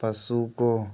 पशु को